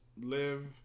live